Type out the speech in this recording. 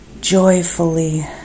joyfully